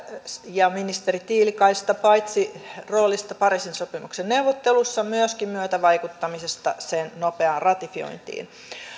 ja ministeri tiilikaista paitsi roolista pariisin sopimuksen neuvottelussa myöskin myötävaikuttamisesta sen nopeaan ratifiointiin